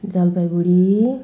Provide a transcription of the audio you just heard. Jalpaiguri